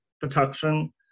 protection